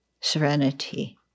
serenity